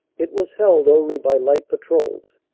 it was held only by light patrols.